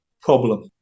problem